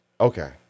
Okay